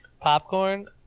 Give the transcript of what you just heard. popcorn